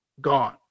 gone